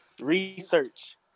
Research